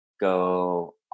go